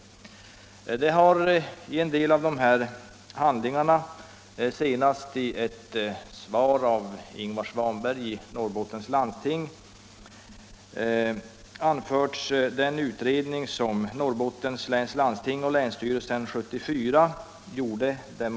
I en del handlingar — senast i ett svar av Ingvar Svanberg i Norrbottens landsting — har man anfört den undersökning som Norrbottens läns landsting och länsstyrelsen gjorde 1974.